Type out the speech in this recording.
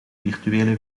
virtuele